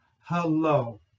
hello